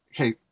okay